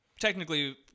technically